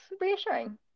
reassuring